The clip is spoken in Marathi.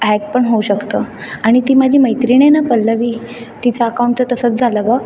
हॅक पण होऊ शकतं आणि ती माझी मैत्रिण आहे ना पल्लवी तिचं अकाऊंटचं तसंच झालं ग